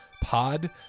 Pod